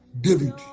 David